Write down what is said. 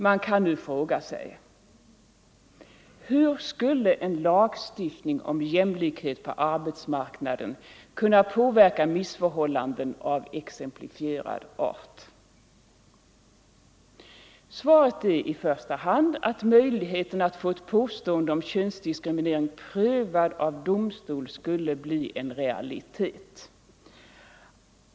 Man kan nu fråga sig: Hur skulle en lagstiftning om jämlikhet på arbetsmarknaden kunna påverka missförhållanden av exemplifierad art? Svaret är i första hand att möjligheten att få ett påstående om könsdiskriminering prövat av domstol skulle bli en realitet.